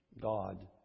God